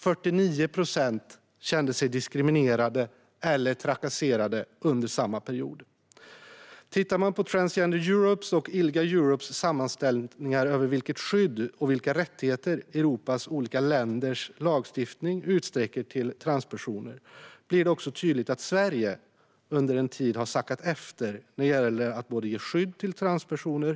49 procent kände sig diskriminerade eller trakasserade under samma period. Tittar man på sammanställningar från Transgender Europe och Ilga-Europe över vilket skydd och vilka rättigheter Europas olika länders lagstiftning utsträcker till transpersoner blir det tydligt att Sverige under en tid har sackat efter när det gäller att ge skydd till transpersoner.